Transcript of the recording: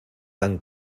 tan